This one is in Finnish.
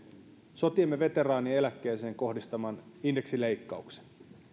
sotiemme veteraanien eläkkeeseen kohdistamanne indeksileikkauksen